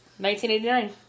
1989